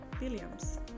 Williams